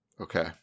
Okay